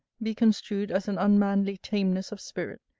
be construed as an unmanly tameness of spirit,